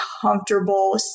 comfortable